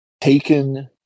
taken